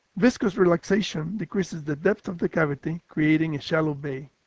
viscous relaxation decreases the depth of the cavity creating a shallow bay.